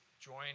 join